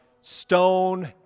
stone